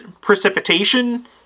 precipitation